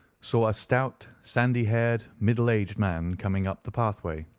saw a stout, sandy-haired, middle-aged man coming up the pathway.